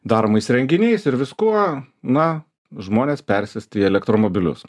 daromais renginiais ir viskuo na žmones persėsti į elektromobilius